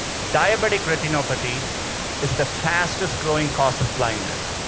diabetic retinopathy is the fastest growing cause of blindness.